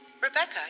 Rebecca